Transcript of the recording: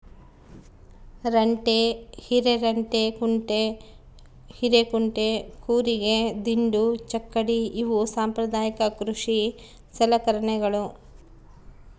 ರಂಟೆ ಹಿರೆರಂಟೆಕುಂಟೆ ಹಿರೇಕುಂಟೆ ಕೂರಿಗೆ ದಿಂಡು ಚಕ್ಕಡಿ ಇವು ಸಾಂಪ್ರದಾಯಿಕ ಕೃಷಿ ಸಲಕರಣೆಗಳು